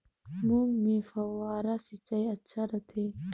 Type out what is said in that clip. मूंग मे फव्वारा सिंचाई अच्छा रथे?